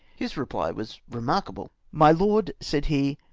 his reply was remarkable. my lord, said he,